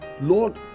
Lord